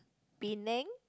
Penang